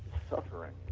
suffering